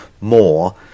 more